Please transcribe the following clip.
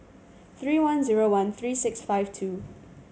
three one zero one three six five two